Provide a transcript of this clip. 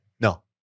no